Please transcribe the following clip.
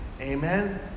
Amen